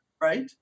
right